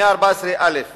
מאי-תשלום